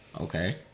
Okay